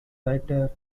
writer